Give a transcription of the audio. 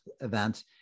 event